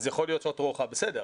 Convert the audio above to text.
בסדר,